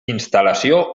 instal·lació